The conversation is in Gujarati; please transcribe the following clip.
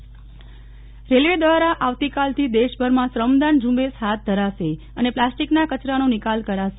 રેલવે શ્રમદાન રેલવે દ્વારા આવતીકાલથી દેશભરમાં શ્રમદાન ઝુંબેશ હાથ ધરાશે અને પ્લાસ્ટીકના કચરાનો નિકાલ કરાશે